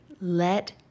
let